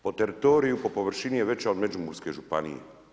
Po teritoriju, po površini je veća od Međimurske županije.